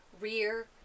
Rear